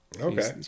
Okay